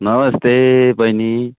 नमस्ते बहिनी